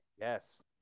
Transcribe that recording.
yes